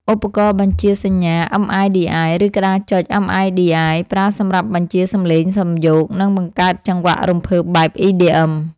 ឧបករណ៍បញ្ជាសញ្ញា MIDI ឬ ក្ដារចុច MIDI ប្រើសម្រាប់បញ្ជាសំឡេងសំយោគ និងបង្កើតចង្វាក់រំភើបបែប EDM។